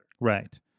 Right